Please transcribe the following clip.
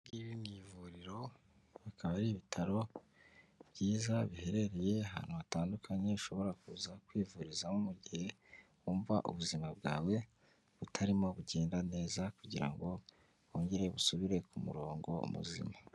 Iri ngiri ni ivuriro, bikaba ari ibitaro byiza biherereye ahantu hatandukanye ushobora kuza kwivurizamo mu gihe wumva ubuzima bwawe butarimo bugenda neza, kugira ngo wongere busubire ku murongo muzima.